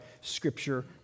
scripture